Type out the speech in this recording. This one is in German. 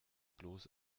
bloß